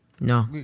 No